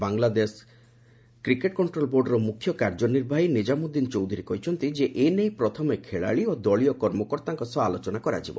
Bangladesh cricket control ବୋର୍ଡର ମୁଖ୍ୟ କାର୍ଯ୍ୟନିର୍ବାହୀ ନିଜାମୁଦ୍ଦିନ ଚୌଧୁରୀ କହିଛନ୍ତି ଯେ ଏ ନେଇ ପ୍ରଥମେ ଖେଳାଳି ଓ ଦଳୀୟ କର୍ମକର୍ତ୍ତାଙ୍କ ସହ ଆଲୋଚନା କରାଯିବ